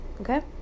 Okay